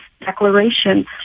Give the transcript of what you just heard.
declaration